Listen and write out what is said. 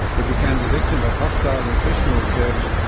it became the victim of hostile nutritional research,